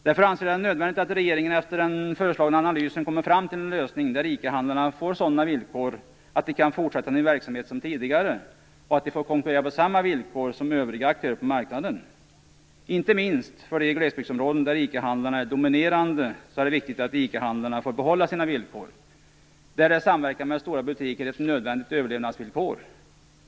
Därför anser jag det nödvändigt att regeringen efter den föreslagna analysen kommer fram till en lösning där ICA-handlarna får sådana villkor att de kan fortsätta med sin verksamhet som tidigare och får konkurrera på samma villkor som övriga aktörer på marknaden. Inte minst i glesbygdsområden där ICA handlarna är dominerande är det viktigt att de får behålla sina villkor. Där är samverkan med stora butiker ett nödvändigt överlevnadsvillkor.